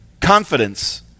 confidence